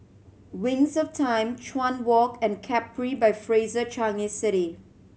Wings of Time Chuan Walk and Capri by Fraser Changi City